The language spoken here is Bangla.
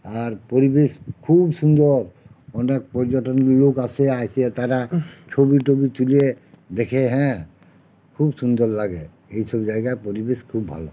আর পরিবেশ খুব সুন্দর অনেক পর্যটনের লোক আসে আইসে তারা ছবি টবি তুলে দেখে হ্যাঁ খুব সুন্দর লাগে এইসব জায়গার পরিবেশ খুব ভালো